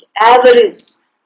avarice